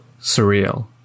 surreal